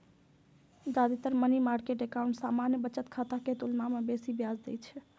जादेतर money market account सामान्य बचत खाता के तुलना मे बेसी ब्याज दै छै